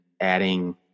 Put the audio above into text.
adding